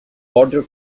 border